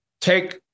take